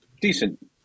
decent